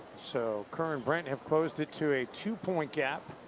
so kerr and brent have closed it to a two point gap.